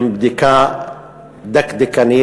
עם בדיקה דקדקנית,